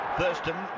Thurston